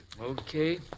Okay